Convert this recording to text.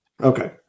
Okay